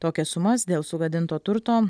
tokias sumas dėl sugadinto turto